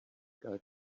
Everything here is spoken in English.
guy